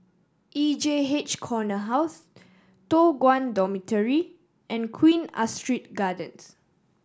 E J H Corner House Toh Guan Dormitory and Queen Astrid Gardens